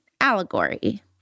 Allegory